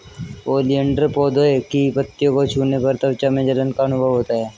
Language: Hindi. ओलियंडर पौधे की पत्तियों को छूने पर त्वचा में जलन का अनुभव होता है